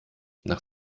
nach